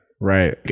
Right